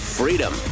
freedom